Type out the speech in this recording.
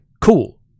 cool